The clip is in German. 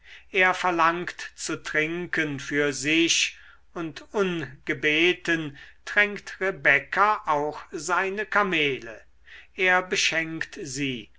er verlangt zu trinken für sich und ungebeten tränkt rebekka auch seine kamele er beschenkt sie